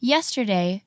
Yesterday